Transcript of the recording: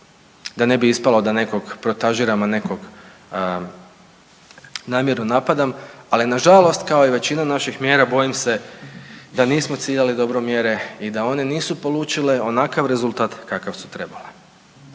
da ne bi ispalo da nekoga protažiram a nekog namjerno napadam, ali na žalost kao i većina naših mjera bojim se da nismo ciljali dobro mjere i da one nisu polučile onakav rezultat kakav su trebale.